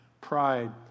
pride